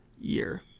year